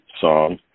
song